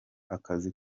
akazi